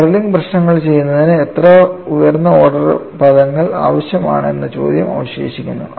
modelling പ്രശ്നങ്ങൾ ചെയ്യുന്നതിന് എത്ര ഉയർന്ന ഓർഡർ പദങ്ങൾ ആവശ്യമാണ് എന്ന ചോദ്യം അവശേഷിക്കുന്നു